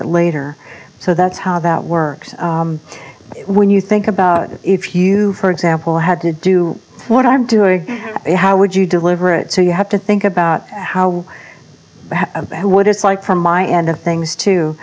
it later so that's how that works when you think about it if you for example had to do what i'm doing it how would you deliver it so you have to think about how what it's like from my end of things